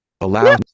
Allow